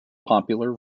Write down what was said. popular